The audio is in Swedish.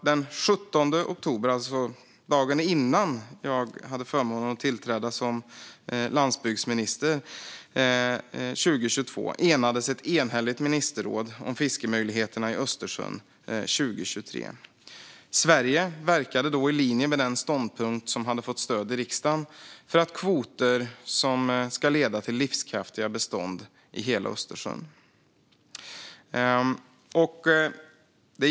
Den 17 oktober 2022, alltså dagen innan jag hade förmånen att tillträda som landsbygdsminister, enades ett enhälligt ministerråd om fiskemöjligheterna i Östersjön 2023. Sverige verkade då, i linje med den ståndpunkt som hade fått stöd i riksdagen, för kvoter som ska leda till livskraftiga bestånd i hela Östersjön.